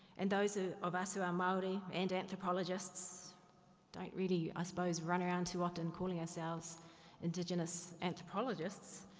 and those ah of us who are maori, and anthropologists don't really, i suppose, run around too often calling ourselves indigenous anthropologists.